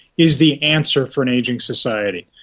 is the answer for an ageing society.